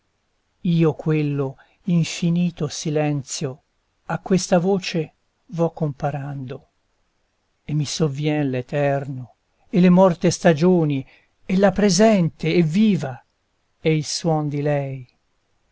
io quello infinito silenzio a questa voce vo comparando e mi sovvien l'eterno e le morte stagioni e la presente e viva e il suon di lei